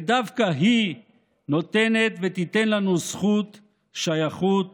ודווקא היא נותנת ותיתן לנו זכות שייכות